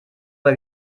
bei